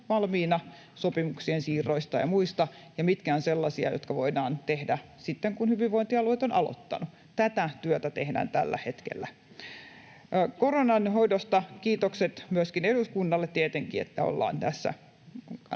valmiina sopimuksien siirroista ja muista, ja mitkä ovat sellaisia, jotka voidaan tehdä sitten, kun hyvinvointialueet ovat aloittaneet. Tätä työtä tehdään tällä hetkellä. Koronan hoidosta kiitokset myöskin eduskunnalle tietenkin, että ollaan tässä